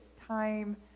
time